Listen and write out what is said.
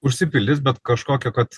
užsipildys bet kažkokio kad